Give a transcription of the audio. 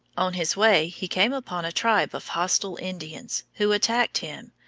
on his way he came upon a tribe of hostile indians, who attacked him,